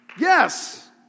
Yes